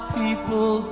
people